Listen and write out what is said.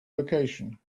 location